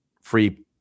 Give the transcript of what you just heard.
free